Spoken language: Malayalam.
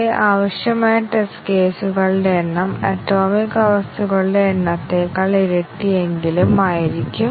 കാരണം അനാവശ്യമായി ടെസ്റ്റ് കേസുകളുടെ എണ്ണം വർദ്ധിപ്പിക്കാതെ ഒന്നിലധികം കണ്ടീഷൻ ടെസ്റ്റിംഗിന്റെ അത്രയും ബഗ് നമുക്ക് കണ്ടെത്താനാകും